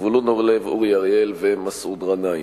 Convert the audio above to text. זבולון אורלב ומסעוד גנאים.